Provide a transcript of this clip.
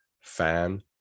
fan